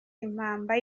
impamba